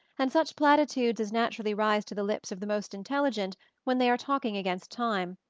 and such platitudes as naturally rise to the lips of the most intelligent when they are talking against time,